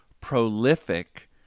prolific